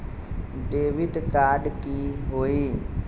Debit card की होई?